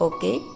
Okay